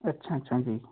ਅੱਛਾ ਅੱਛਾ ਜੀ